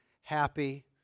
happy